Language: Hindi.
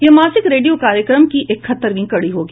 यह मासिक रेडियो कार्यक्रम की इकहत्तरवीं कड़ी होगी